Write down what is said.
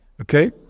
Okay